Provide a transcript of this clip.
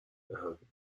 erhalten